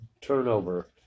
turnover